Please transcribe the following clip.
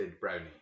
brownie